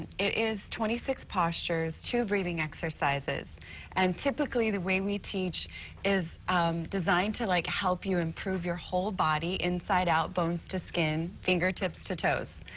it is twenty six postures, two breathing exercises and typically the way we teach is designed to like help you improve your whole body inside out, bones to skin, finger tips to toes.